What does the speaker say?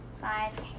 Five